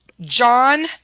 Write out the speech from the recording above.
John